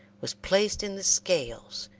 was placed in the scales,